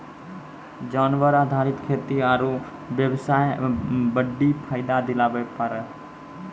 जानवर आधारित खेती आरू बेबसाय बड्डी फायदा दिलाबै पारै